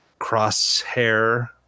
Crosshair